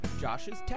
Josh's